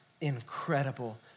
incredible